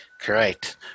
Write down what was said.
Correct